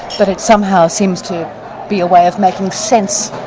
but it somehow seems to be a way of making sense,